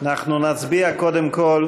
אנחנו נצביע קודם כול